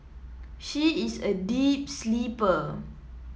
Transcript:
she is a deep sleeper